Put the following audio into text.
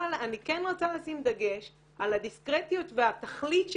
אבל אני כן רוצה לשים דגש על הדיסקרטיות והתכלית שלה.